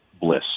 bliss